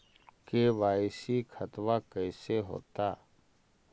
KYC खतबा कैसे होता?